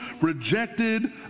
rejected